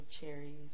cherries